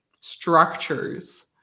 structures